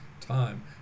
time